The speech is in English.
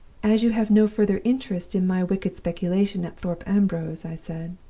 as you have no further interest in my wicked speculation at thorpe ambrose i said,